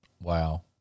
Wow